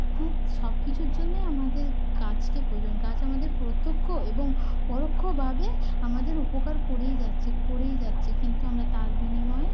হ্যাঁ সব কিছুর জন্যই আমাদের গাছকে প্রয়োজন গাছ আমাদের প্রত্যক্ষ এবং পরোক্ষভাবে আমাদের উপকার করেই যাচ্ছে করেই যাচ্ছে কিন্তু আমরা তার বিনিময়ে